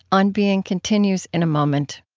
on being continues in a moment